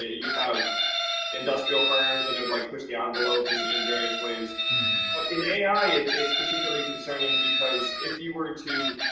you have industrial firms that have, like, pushed the ah envelope and in various ways. but in ai, it's particularly concerning because if you were to